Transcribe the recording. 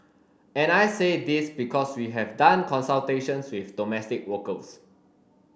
and I say this because we have done consultations with domestic workers